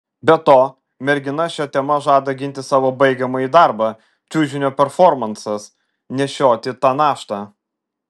be to mergina šia tema žada ginti savo baigiamąjį darbą čiužinio performansas nešioti tą naštą